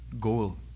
goal